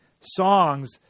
songs